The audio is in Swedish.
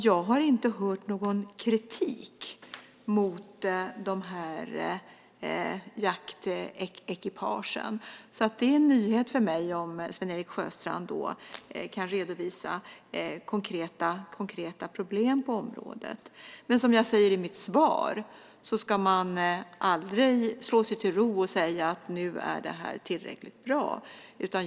Jag har inte hört någon kritik mot dessa jaktekipage. Det är en nyhet för mig om Sven-Erik Sjöstrand kan redovisa konkreta problem på området. Men som jag säger i mitt svar ska man aldrig slå sig till ro och säga att nu är det här tillräckligt bra.